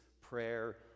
prayer